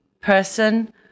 person